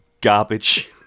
garbage